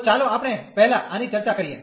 તો ચાલો આપણે પહેલા આની ચર્ચા કરીએ